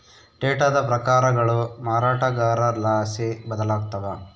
ಡೇಟಾದ ಪ್ರಕಾರಗಳು ಮಾರಾಟಗಾರರ್ಲಾಸಿ ಬದಲಾಗ್ತವ